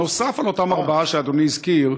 נוסף על אותם ארבעה שאדוני הזכיר,